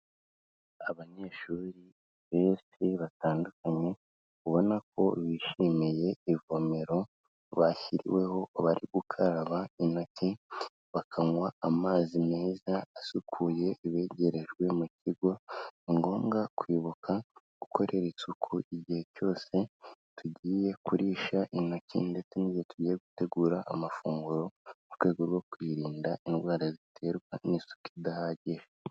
Abanyeshuri benshi batandukanye, ubona ko bishimiye ivomero bashyiriweho, bari gukaraba intoki, bakanywa amazi meza asukuye begerejwe mu kigo, ni ngombwa kwibuka gukorera isuku igihe cyose tugiye kurisha intoki ndetse n'igihe tugiye gutegura amafunguro, mu rwego rwo kwirinda indwara ziterwa n'isuku idahagije.